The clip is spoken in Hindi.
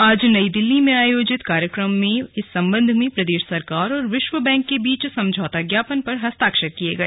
आज नई दिल्ली में आयोजित कार्यक्रम में इस संबंध में प्रदेश सरकार और विश्व बैंक के बीच समझौता ज्ञापन पर हस्ताक्षर किए गए